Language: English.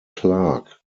clarke